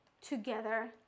together